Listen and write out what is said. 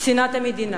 יש זכות לגור בה.